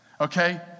okay